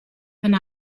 and